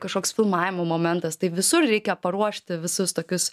kažkoks filmavimo momentas tai visur reikia paruošti visus tokius